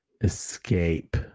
escape